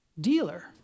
dealer